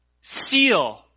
seal